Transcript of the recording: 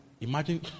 imagine